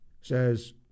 says